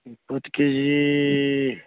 ಇಪ್ಪತ್ತು ಕೆ ಜೀ